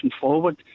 forward